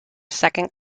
second